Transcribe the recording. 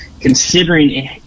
considering